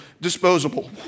disposable